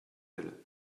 elle